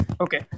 Okay